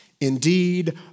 Indeed